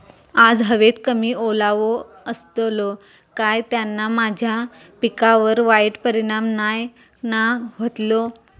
आज हवेत कमी ओलावो असतलो काय त्याना माझ्या पिकावर वाईट परिणाम नाय ना व्हतलो?